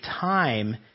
time